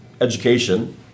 education